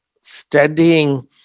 studying